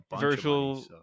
Virtual